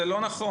זה לא נכון.